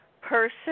person